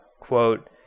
quote